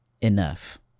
enough